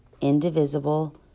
indivisible